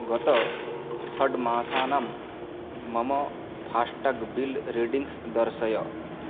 गतषड् मासानां मम FASTag bill readings दर्शय